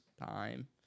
time